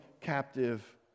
Captive